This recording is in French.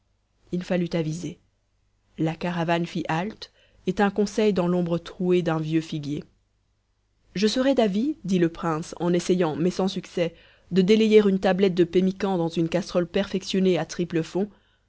il fallut aviser la caravane fit halte et tint conseil dans l'ombre trouée d'un vieux figuier je serais d'avis dit le prince en essayant mais sans succès de délayer une tablette de pemmican dans une casserole perfectionnée à triple fond